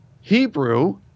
Hebrew